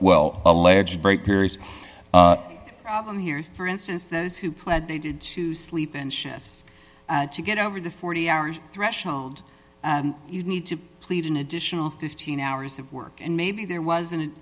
well alleged break periods problem here for instance those who pled they did to sleep in shifts to get over the forty hours threshold you need to plead an additional fifteen hours of work and maybe there wasn't